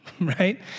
Right